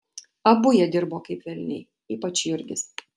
abu jie dirbo kaip velniai ypač jurgis